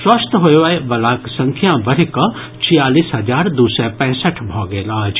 स्वस्थ होबयवलाक संख्या बढ़िकऽ छियालीस हजार दू सय पैंसठि भऽ गेल अछि